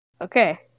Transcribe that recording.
Okay